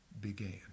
began